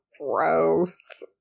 gross